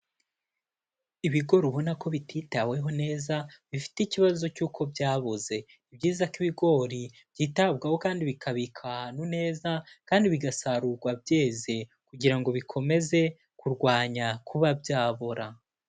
Ibigri ubona ko bititaweho neza bifite ikibazo cy'uko byaboze, ni byiza ko ibigori byitabwaho kandi bikabikwa kantu neza kandi bigasarurwa byeze kugira ngo bikomeze kurwanya kuba byabora.